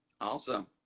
Awesome